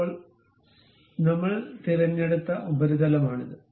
ഇപ്പോൾ നമ്മൾ തിരഞ്ഞെടുത്ത ഉപരിതലമാണിത്